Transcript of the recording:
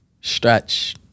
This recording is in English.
stretch